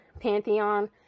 pantheon